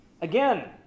Again